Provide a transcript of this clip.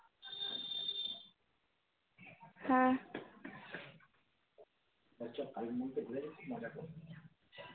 হ্যাঁ